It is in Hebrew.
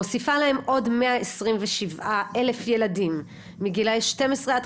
מוסיפה להם עוד 127 אלף ילדים מגילאי 12 עד